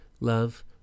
love